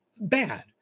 bad